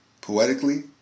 Poetically